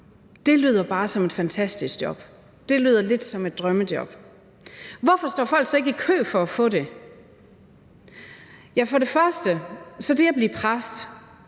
Det lyder bare som et fantastisk job, det lyder lidt som et drømmejob. Hvorfor står folk så ikke i kø for at få det? Ja, for det første så er det at blive præst